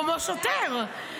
כמו שוטר.